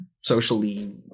socially